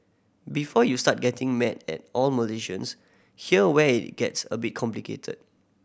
before you start getting mad at all Malaysians here where gets a bit complicated